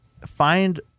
find